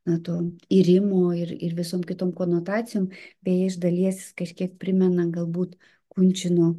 na to irimo ir ir visom kitom konotacijom bei iš dalies kažkiek primena galbūt kunčino